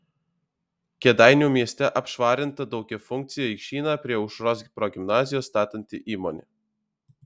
kėdainių mieste apšvarinta daugiafunkcį aikštyną prie aušros progimnazijos statanti įmonė